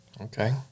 okay